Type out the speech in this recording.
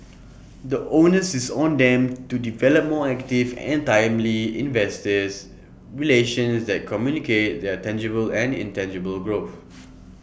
the onus is on them to develop more active and timely investors relations that communicate their tangible and intangible growth